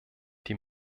die